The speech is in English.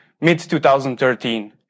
mid-2013